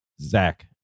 Zach